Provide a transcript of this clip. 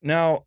Now